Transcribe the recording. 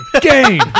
game